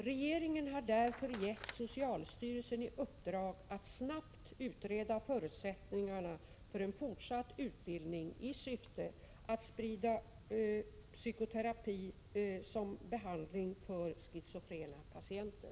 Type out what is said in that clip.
Regeringen har därför gett socialstyrelsen i uppdrag att snabbt utreda förutsättningarna för en fortsatt utbildning i syfte att sprida psykoterapi som behandling för schizofrena patienter.